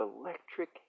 electric